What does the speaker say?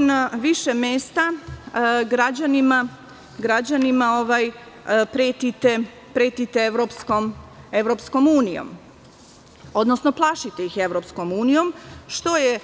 Na više mesta građanima pretite EU, odnosno plašite ih EU, što je